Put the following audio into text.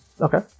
Okay